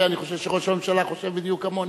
ואני חושב שראש הממשלה חושב בדיוק כמוני.